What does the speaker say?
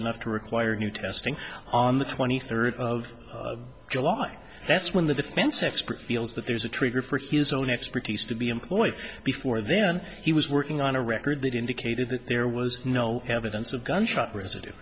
enough to require new testing on the twenty third of july that's when the defense expert feels that there's a trigger for his own expertise to be employed before then he was working on a record that indicated that there was no evidence of gunshot